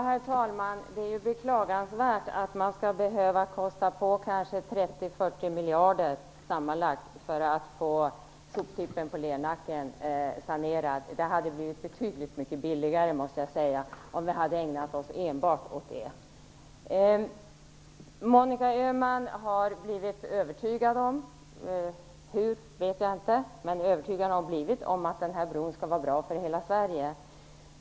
Herr talman! Det är beklagansvärt att man skall behöva kosta på kanske 30-40 miljarder kronor sammanlagt för att få soptippen på Lernacken sanerad. Det hade blivit betydligt billigare, måste jag säga, om vi hade ägnat oss enbart åt det. Monica Öhman har blivit övertygad - hur vet jag inte, men övertygad har hon blivit - om att den här bron skall vara bra för hela Sverige.